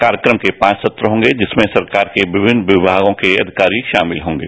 कार्यक्रम में पांच सत्र होंगे जिसमें विभिन्न विभागों के अधिकारी शामिल होंगे